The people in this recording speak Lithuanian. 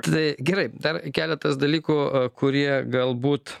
tai gerai dar keletas dalykų kurie galbūt